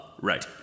Right